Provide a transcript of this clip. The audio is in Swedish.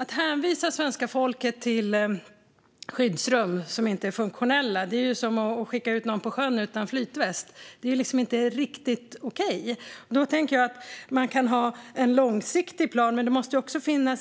Att hänvisa svenska folket till skyddsrum som inte är funktionella är som att skicka ut någon på sjön utan flytväst. Det är inte riktigt okej. Man kan ha en långsiktig plan, men det måste också finnas